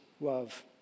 love